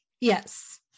yes